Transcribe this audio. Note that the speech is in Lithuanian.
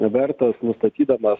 vertas nustatydamas